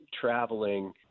traveling